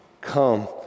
Come